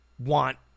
want